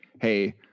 hey